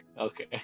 Okay